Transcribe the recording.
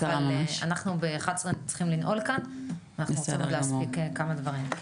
אנחנו צריכים לנעול כאן ב-11:00 ואנחנו רוצים להספיק עוד כמה דברים.